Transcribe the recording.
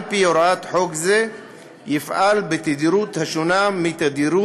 על פי הוראת חוק זה יפעל בתדירות השונה מתדירות